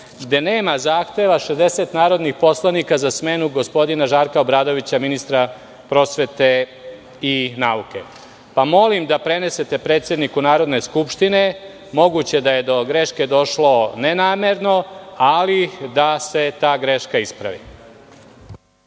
gde nema zahteva 60 narodnih poslanika za smenu gospodina Žarka Obradovića, ministra prosvete i nauke. Molim da prenesete predsedniku Narodne skupštine, moguće da je do greške došlo nenamerno, ali da se ta greška ispravi.